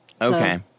Okay